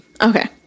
Okay